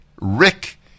Rick